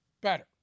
better